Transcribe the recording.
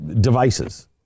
devices